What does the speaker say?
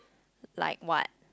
like what